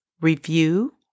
review